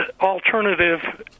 alternative